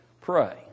Pray